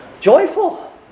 joyful